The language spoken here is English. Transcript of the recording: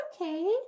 Okay